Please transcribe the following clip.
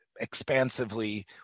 Expansively